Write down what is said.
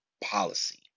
policy